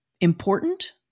important